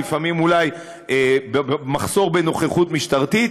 לפעמים אולי ממחסור בנוכחות משטרתית.